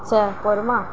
اچھا قورما